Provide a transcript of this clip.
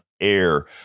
air